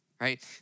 right